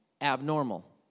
abnormal